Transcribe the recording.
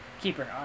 Keeper